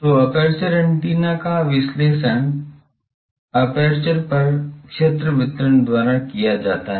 तो aperture antenna का विश्लेषण एपर्चर पर क्षेत्र वितरण द्वारा किया जाता है